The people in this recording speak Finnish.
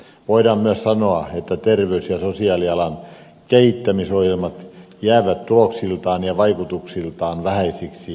voidaan myös sanoa että terveys ja sosiaalialan kehittämisohjelmat jäävät tuloksiltaan ja vaikutuksiltaan vähäisiksi